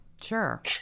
Sure